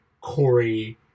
Corey